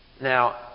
Now